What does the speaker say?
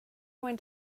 went